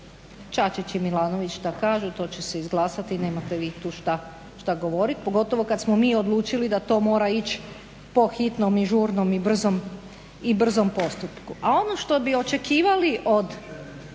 Čačić i Milanović što kažu to će se izglasati i nemate vi tu što govoriti, pogotovo kad smo mi odlučili da to mora ići po hitnom i žurnom i brzom postupku. A ono što bi očekivali od